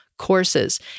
Courses